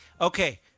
Okay